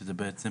שזה בעצם